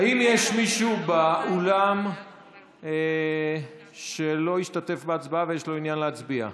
האם יש מישהו באולם שלא השתתף בהצבעה ויש לו עניין להצביע?